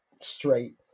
straight